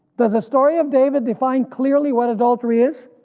does the story of david define clearly what adultery is?